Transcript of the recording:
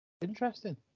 Interesting